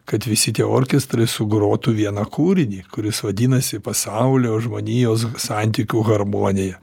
kad visi tie orkestrai sugrotų vieną kūrinį kuris vadinasi pasaulio žmonijos santykių harmonija